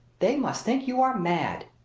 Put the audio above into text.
they must think you are mad!